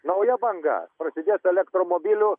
nauja banga prasidės elektromobilių